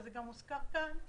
וזה גם הוזכר כאן,